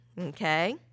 okay